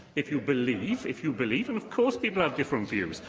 if you believe, if you believe. and of course people have different views,